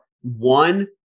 One